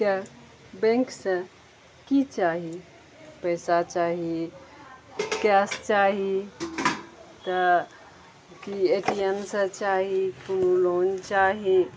किए बैंक सऽ की चाही पैसा चाही कैश चाही तऽ की ए टी एम से चाही कोनो लोन चाही